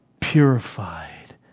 purified